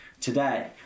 today